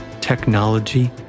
Technology